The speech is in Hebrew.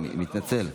אני מתנצל.